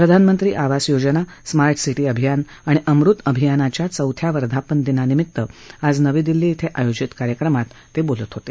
प्रधानमंत्री आवास योजना स्मार्पिती अभियान आणि अमृत अभियानाच्या चौथ्या वर्धापनादिनानिमित्त आज नवी दिल्ली शिं आयोजित कार्यक्रमात आज ते बोलत होते